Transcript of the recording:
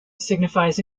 signifies